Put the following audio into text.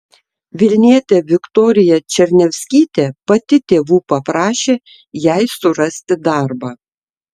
vilnietė viktorija černiavskytė pati tėvų paprašė jai surasti darbą